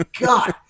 God